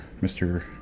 Mr